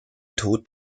tod